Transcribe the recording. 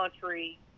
country